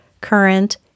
current